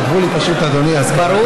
כתבו לי פשוט "אדוני" אז קראתי מהדבר,